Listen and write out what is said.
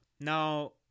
Now